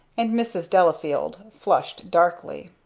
and mrs. delafield flushed darkly.